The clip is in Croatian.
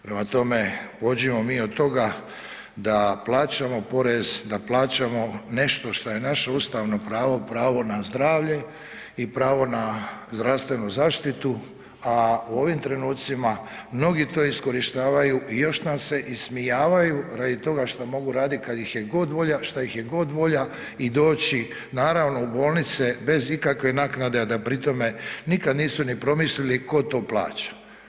Prema tome, pođimo mi od toga da plaćamo porez, da plaćamo nešto što je naše ustavno pravo, pravo na zdravlje i pravo na zdravstvenu zaštitu a u ovim trenucima mnogi to iskorištavaju i još nam se ismijavaju radi toga šta mogu radit kad ih je god volja, šta ih je god volja i doći naravno u bolnice bez ikakve naknade a da pri tome nikad nisu ni promislili ko to plaća.